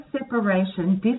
separation